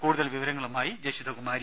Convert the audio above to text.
കൂടുതൽ വിവരങ്ങളുമായി ജഷിത കുമാരി